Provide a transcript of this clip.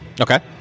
Okay